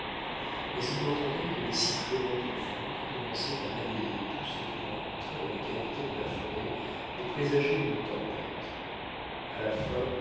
mais il n'entendait que les sifflements du vent qui commençait à balayer tout ce qu'il rencontrait dans les cavités de la forêt et présageait une tempête à la fin